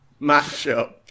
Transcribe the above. matchup